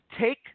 take